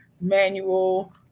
manual